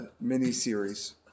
mini-series